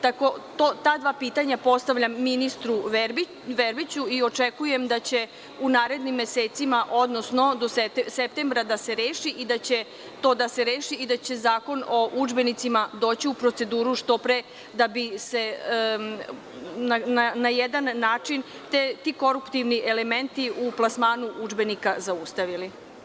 Ta dva pitanje postavljam ministru Verbiću i očekujem da će u narednim mesecima, odnosno do septembra da se reši i da će Zakon o udžbenicima doći u proceduru što pre da bi se na jedan način ti koruptivni elementi u plasmanu udžbenika zaustavili.